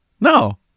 no